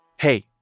Hey